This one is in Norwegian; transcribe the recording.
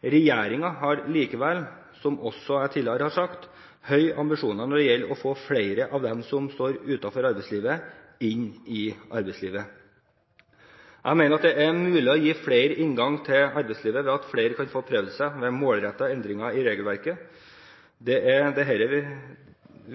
har likevel – som jeg også tidligere har sagt – høye ambisjoner når det gjelder å få flere av dem som står utenfor arbeidslivet, inn i arbeidslivet. Jeg mener at det er mulig å gi flere inngang til arbeidslivet ved at flere kan få prøvd seg ved målrettede endringer i regelverket. Det er dette vi